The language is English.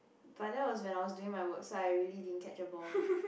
but that was when I was doing my work so I really didn't catch a ball